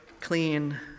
clean